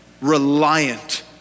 reliant